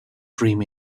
dream